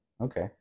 okay